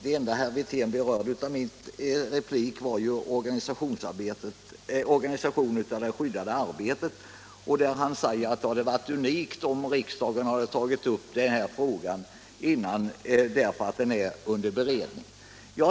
Herr talman! Det enda i min replik som herr Wirtén berörde var organisationen av det skyddade arbetet. Han sade att det hade varit unikt om riksdagen hade tagit upp denna fråga, eftersom den är under beredning.